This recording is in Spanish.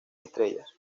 estrellas